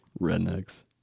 Rednecks